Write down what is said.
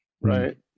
right